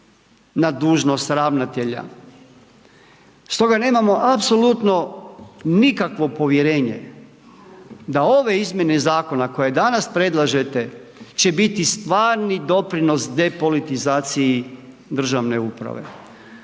na dužnost ravnatelja. Stoga nemamo apsolutno nikakvo povjerenje, da ove izmjene zakona koje danas predlažete že biti stvarni doprinos depolitizacije državne uprave.